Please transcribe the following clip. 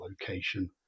location